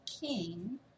king